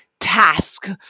Task